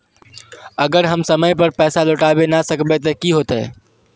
अगर हम समय पर पैसा लौटावे ना सकबे ते की होते?